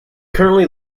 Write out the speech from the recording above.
currently